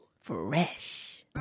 Fresh